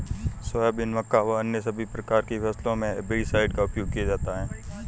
soybean, मक्का व अन्य सभी प्रकार की फसलों मे हेर्बिसाइड का उपयोग किया जाता हैं